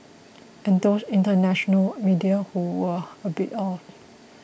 and those international media who were a bit off